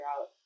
out